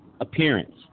appearance